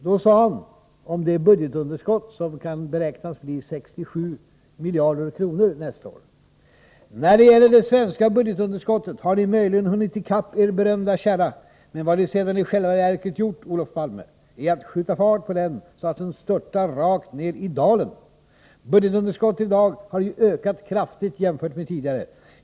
Då sade han om det budgetunderskott som nästa år väntas bli 67 miljarder kronor: ”När det gäller det svenska budgetunderskottet har ni möjligen hunnit i kapp er berömda kärra, men vad ni sedan i själva verket gjort, Olof Palme, är att skjuta fart på den så att den störtar rakt ner i dalen. Budgetunderskottet i dag har ju ökat kraftigt jämfört med tidigare.